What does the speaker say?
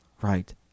Right